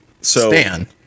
Stan